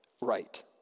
right